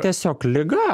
tiesiog liga